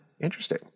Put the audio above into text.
Interesting